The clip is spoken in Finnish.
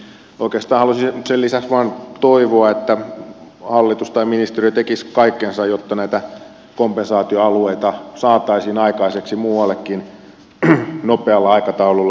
oikeastaan haluaisin sen lisäksi vain toivoa että hallitus tai ministeriö tekisi kaikkensa jotta näitä kompensaatioalueita saataisiin aikaiseksi muuallekin nopealla aikataululla